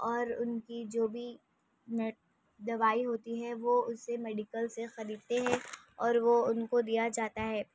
اور ان کی جو بھی دوائی ہوتی ہے وہ اسے میڈیکل سے خریدتے ہیں اور وہ ان کو دیا جاتا ہے